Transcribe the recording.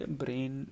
brain